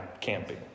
camping